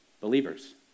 believers